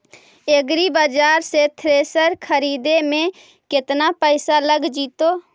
एग्रिबाजार से थ्रेसर खरिदे में केतना पैसा लग जितै?